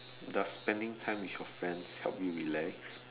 does spending time with your friends help you relax